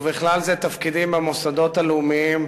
ובכלל זה תפקידים במוסדות הלאומיים,